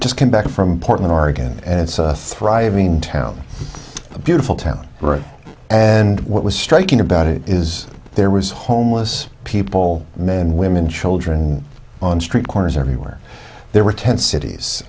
just came back from portland oregon and it's a thriving town a beautiful town and what was striking about it is there was homeless people men women children on street corners everywhere there were ten